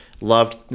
loved